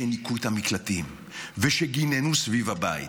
כשניקו את המקלטים וכשגיננו סביב הבית.